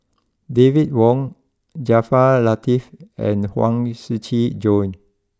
David Wong Jaafar Latiff and Huang Shiqi Joan